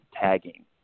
tagging